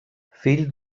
fill